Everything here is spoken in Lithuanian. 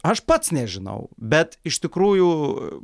aš pats nežinau bet iš tikrųjų